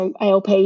ALP